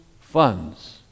funds